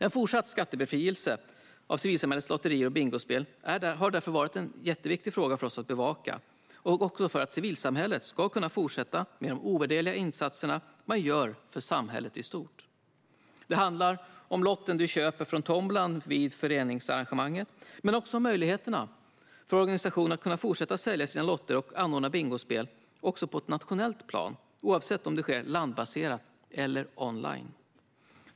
En fortsatt skattebefrielse för civilsamhällets lotterier och bingospel har därför varit en jätteviktig fråga för oss att bevaka, för att civilsamhället ska kunna fortsätta med de ovärderliga insatser man gör för samhället i stort. Det handlar om lotten du köper från tombolan vid föreningsarrangemanget, men också om möjligheterna för organisationer att fortsätta sälja sina lotter och anordna bingospel även på ett nationellt plan, oavsett om det sker landbaserat eller online.